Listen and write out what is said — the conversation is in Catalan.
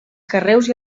carreus